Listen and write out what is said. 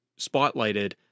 spotlighted